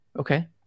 Okay